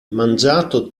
mangiato